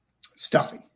stuffy